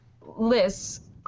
lists